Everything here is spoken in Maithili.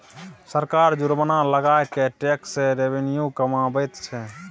सरकार जुर्माना लगा कय टैक्स सँ रेवेन्यू कमाबैत छै